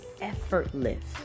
effortless